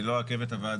אני לא אעכב את הוועדה